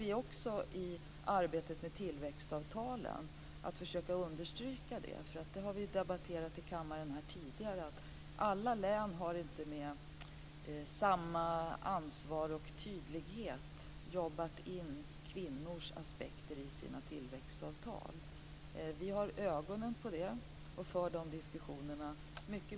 I arbetet med tillväxtavtalen kommer vi att försöka understryka detta. Vi har debatterat i kammaren tidigare att alla län inte med samma ansvar och tydlighet har arbetat in kvinnliga aspekter i tillväxtavtalen. Vi har ögonen på detta, och vi för konstruktiva diskussioner med länen.